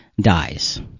Dies